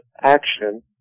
action